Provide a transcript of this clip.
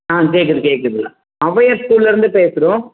ஆ கேட்குது கேட்குது ஔவையார் ஸ்கூலில் இருந்து பேசுகிறோம்